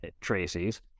Tracy's